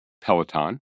Peloton